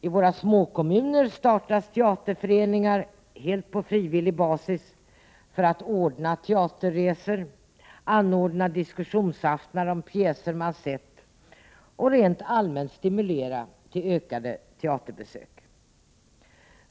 I våra småkommuner startar teaterföreningar — helt på frivillig basis — för att ordna teaterresor, anordna diskussionsaftnar om pjäser man sett och rent allmänt stimulera till fler teaterbesök.